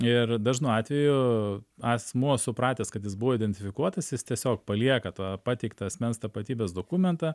ir dažnu atveju asmuo supratęs kad jis buvo identifikuotas jis tiesiog palieka tą pateiktą asmens tapatybės dokumentą